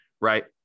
Right